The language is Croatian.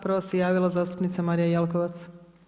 Prva se javila zastupnica Marija Jelkovac.